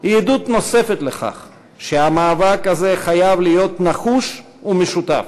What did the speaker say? היא עדות נוספת לכך שהמאבק הזה חייב להיות נחוש ומשותף.